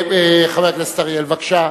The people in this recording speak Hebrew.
חבר הכנסת אריאל, בבקשה.